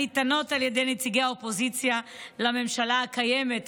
הניתנות על ידי נציגי האופוזיציה לממשלה הקיימת,